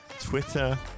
Twitter